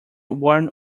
warm